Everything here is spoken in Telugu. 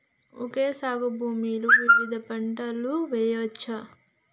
ఓకే సాగు భూమిలో వివిధ పంటలు వెయ్యచ్చా?